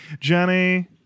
Jenny